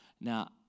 Now